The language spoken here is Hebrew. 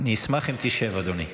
אני אשמח אם תשב, אדוני.